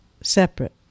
separate